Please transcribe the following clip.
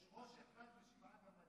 יש ראש אחד, ושבעה גמדים.